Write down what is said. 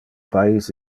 pais